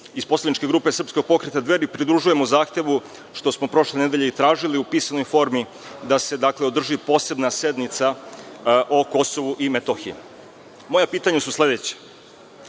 iz poslaničke grupe Srpskog pokreta Dveri pridružujemo zahtevu, koji smo prošle nedelje tražili u pisanoj formi, da se održi posebna sednica o KiM.Moja pitanja su sledeća.